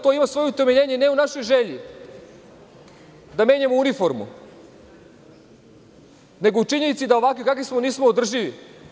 To ima svoje utemeljenje, ne u našoj želji, da menjamo uniformu, nego u činjenici da ovakvi kakvi smo nismo održivi.